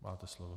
Máte slovo.